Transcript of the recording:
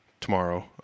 tomorrow